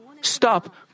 stop